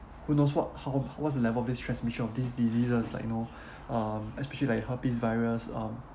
who knows what how what's the level of this transmission of these diseases like you know um especially like the herpes virus um